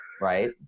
right